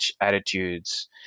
attitudes